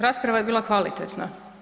Rasprava je bila kvalitetna.